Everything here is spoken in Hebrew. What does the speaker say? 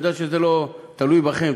אני יודע שזה לא תלוי בכם,